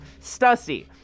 Stussy